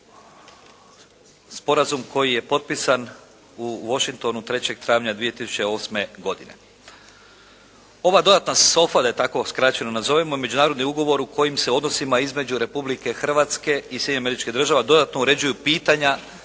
Sporazum koji je potpisan u Washingtonu 3. travanja 2008. godine. Ova dodatna «SOFA» da je tako skraćeno nazovemo međunarodni ugovor u kojim se odnosima između Republike Hrvatske i Sjedinjenih Američkih Država dodatno uređuju pitanja